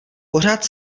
pořád